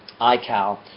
iCal